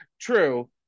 true